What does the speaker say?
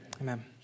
Amen